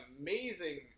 amazing